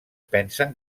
pensen